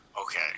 Okay